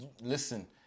listen